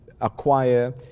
acquire